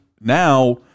Now